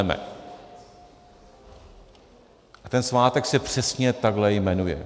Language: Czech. A ten svátek se přesně takhle jmenuje.